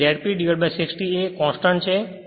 તેથી ZP 60 A એક constant છે